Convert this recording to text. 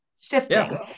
shifting